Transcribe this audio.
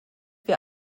wir